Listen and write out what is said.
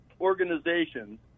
organizations